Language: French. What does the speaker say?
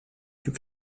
plus